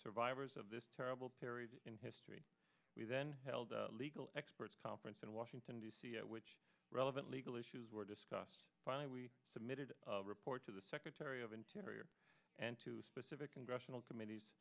survivors of this terrible period in history we then held legal experts conference in washington d c which relevant legal issues were discussed why we submitted a report to the secretary of interior and to specific congressional committees